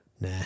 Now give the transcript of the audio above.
Nah